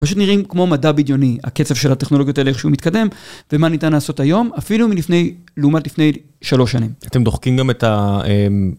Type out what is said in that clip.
פשוט נראים כמו מדע בדיוני, הקצב של הטכנולוגיות אלא איך שהוא מתקדם ומה ניתן לעשות היום אפילו מלפני לעומת לפני שלוש שנים. אתם דוחקים גם את ה...